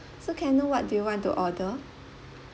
so can I know what do you want to order